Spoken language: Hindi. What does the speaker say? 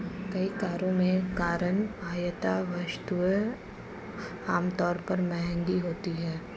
कई करों के कारण आयात वस्तुएं आमतौर पर महंगी होती हैं